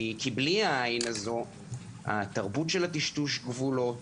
כי בלי העין הזאת תרבות טשטוש הגבולות,